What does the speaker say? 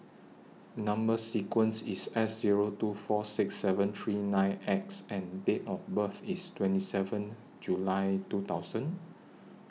Number sequence IS S Zero two four six seven three nine X and Date of birth IS twenty seven July two thousand